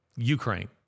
Ukraine